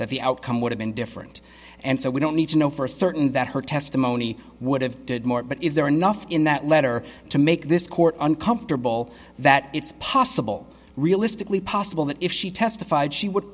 that the outcome would have been different and so we don't need to know for certain that her testimony would have did more but is there enough in that letter to make this court uncomfortable that it's possible realistically possible that if she testified she would